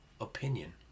opinion